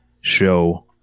show